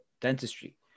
dentistry